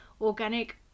organic